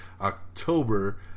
October